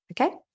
okay